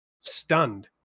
stunned